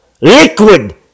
liquid